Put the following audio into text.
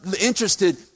interested